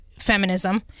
feminism